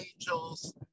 angels